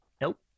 Nope